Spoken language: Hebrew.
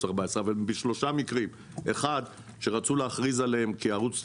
14. אבל בשלושה מקרים 1. כשרצו להכריז עליהם כערוץ תעמולה.